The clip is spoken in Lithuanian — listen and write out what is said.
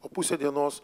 o pusę dienos